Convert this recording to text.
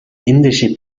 indische